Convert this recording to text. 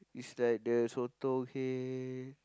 is like the sotong head